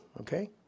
Okay